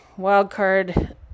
wildcard